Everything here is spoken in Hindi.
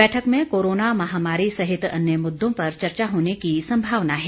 बैठक में कोरोना महामारी सहित अन्य मुददों पर चर्चा होने की संभावना है